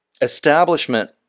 establishment